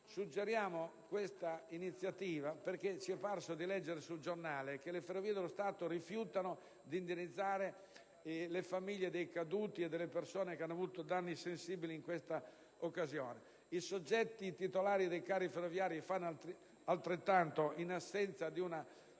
Suggeriamo questa iniziativa perché dai quotidiani risulterebbe che le Ferrovie dello Stato rifiuterebbero di indennizzare le famiglie dei caduti e le persone che hanno avuto danni sensibili in tale occasione. I soggetti titolari dei carri ferroviari fanno altrettanto, in assenza di una